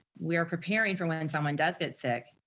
we are preparing for when and someone does get sick,